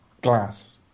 glass